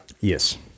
Yes